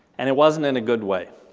and it wasn't in a good way.